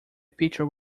picture